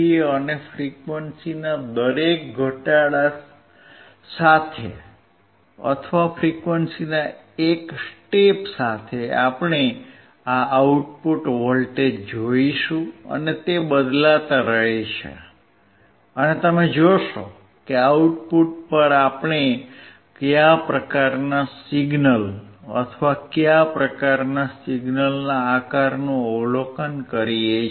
અને ફ્રીક્વંસીના દરેક ઘટાડા સાથે અથવા ફ્રીક્વંસીના એક સ્ટેપ સાથે આપણે આ આઉટપુટ વોલ્ટેજ જોશું અને તે બદલાતા રહે છે અને તમે જોશો કે આઉટપુટ પર આપણે કયા પ્રકારનાં સિગ્નલ અથવા કયા પ્રકારનાં સિગ્નલનાં આકારનું અવલોકન કરીએ છીએ